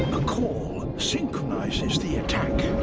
a call synchronizes the attack.